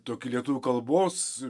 tokį lietuvių kalbos